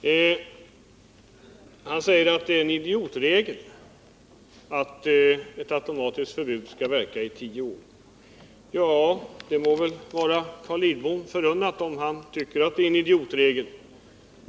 Carl Lidbom säger att det är en idiotregel att ett automatiskt förbud skall verka i tio år. Ja, det må vara Carl Lidbom förunnat att tycka att det är en idiotregel.